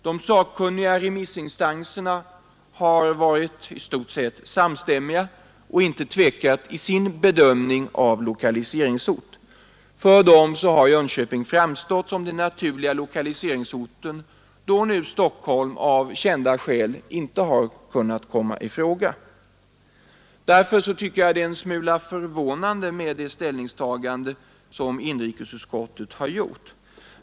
De sakkunniga remissinstanserna har varit i stort sett samstämmiga och inte tvekat i sin bedömning av lokaliseringsort. För dem har Jönköping framstått som den naturliga lokaliseringsorten, då nu Stockholm av kända skäl inte har kunnat komma i fråga. Därför tycker jag det är en smula förvånande med det ställningstagande som inrikesutskottet har gjort.